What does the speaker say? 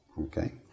Okay